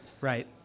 Right